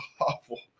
awful